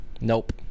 Nope